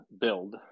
build